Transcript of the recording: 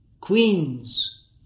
queens